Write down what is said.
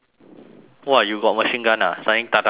!wah! you got machine gun ah suddenly